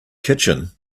kitchen